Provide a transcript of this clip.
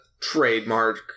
trademark